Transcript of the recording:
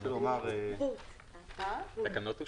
הצבעה אושרה.